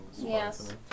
Yes